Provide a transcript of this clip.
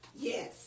Yes